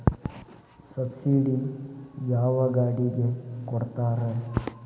Subsidy ಯಾವ ಗಾಡಿಗೆ ಕೊಡ್ತಾರ?